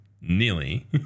nearly